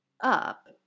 up